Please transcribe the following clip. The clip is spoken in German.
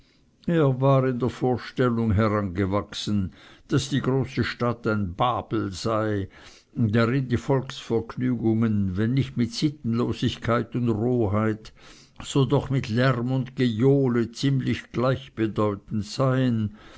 er war in der vorstellung herangewachsen daß die große stadt ein babel sei darin die volksvergnügungen wenn nicht mit sittenlosigkeit und roheit so doch mit lärm und gejohle ziemlich gleichbedeutend seien